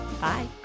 Bye